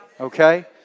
Okay